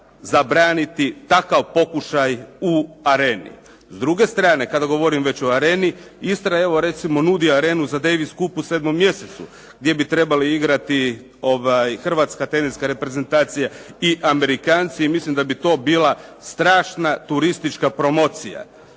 zabraniti takav pokušaj u Areni. S druge strane kada govorim već o Areni, Istra evo recimo nudi Arenu za Davis cup u 7 mjesecu gdje bi trebali igrati Hrvatska teniska reprezentacija i Amerikanci i mislim da bi to bila strašna turistička promocija.